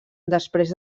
després